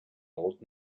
old